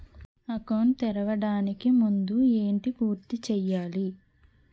Account తెరవడానికి ముందు ఏంటి పూర్తి చేయాలి?